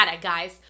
guys